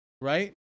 Right